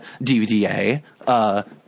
DVDA